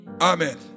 Amen